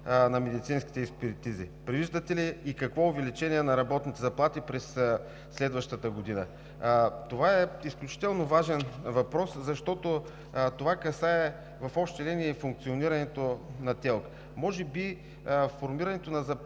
на медицинските експертизи? Предвиждате ли и какво увеличение на работните заплати през следващата година? Това е изключително важен въпрос, защото касае в общи линии функционирането на ТЕЛК. Може би формирането на работната